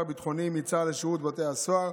הביטחוניים מצה"ל לשירות בתי הסוהר.